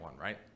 right